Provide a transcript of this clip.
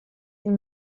این